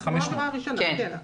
זה 500. כן.